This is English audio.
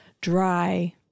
dry